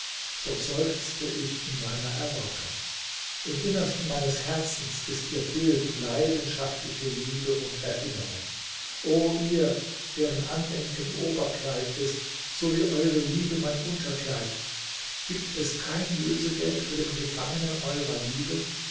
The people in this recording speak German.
so seufzte ich in meiner erwartung im innersten meines herzens ist ihr bild leidenschaftliche liebe und erinnerung o ihr deren andenken oberkleid ist so wie eure liebe mein unterkleid gibt es kein lösegeld für den gefangenen eurer liebe